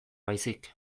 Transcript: baizik